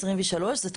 זאת אומרת,